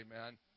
Amen